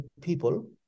people